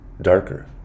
darker